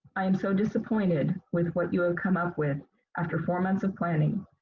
i'm so disappointed with what you have come up with after four months of planning.